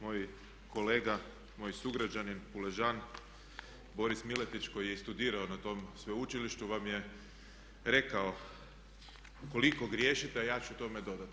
Moj kolega, moj sugrađanin Puležan Boris Miletić koji je i studirao na tom sveučilištu vam je rekao koliko griješite, a ja ću tome dodati.